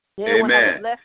Amen